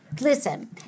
Listen